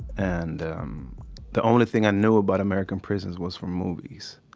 and the only thing i knew about american prisons was from movies